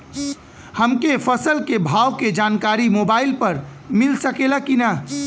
हमके फसल के भाव के जानकारी मोबाइल पर मिल सकेला की ना?